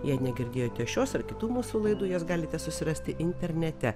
jei negirdėjote šios ar kitų mūsų laidų jas galite susirasti internete